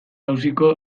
auziko